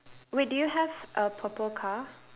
wait do you have a purple car